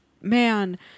man